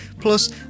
plus